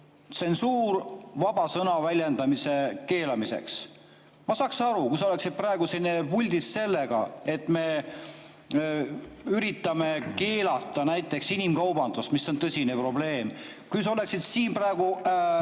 tsensuur vaba sõna väljendamise keelamiseks. Ma saaks aru, kui sa oleksid praegu siin puldis [ettepanekuga] keelata näiteks inimkaubandus, mis on tõsine probleem, või kui sa oleksid siin praegu